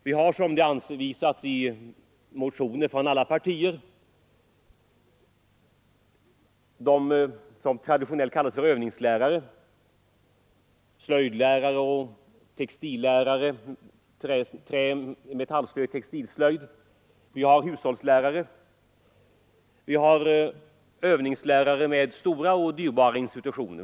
Vi har, som påpekats i motioner från alla partier, de befattningshavare som traditionellt kallas övningslärare - textillärare, lärare i trä-, metalloch textilslöjd, hushållslärare och övningslärare med stora och dyrbara institutioner.